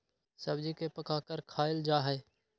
सब्जी के पकाकर खायल जा हई